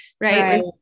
right